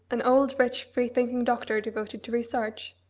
an old, rich, freethinking doctor, devoted to research,